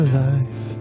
life